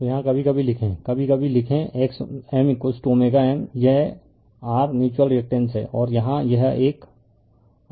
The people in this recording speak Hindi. तो यहाँ कभी कभी लिखें कभी कभी लिखें x M M यह r म्यूच्यूअल रिएक्टेंस है